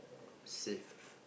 safe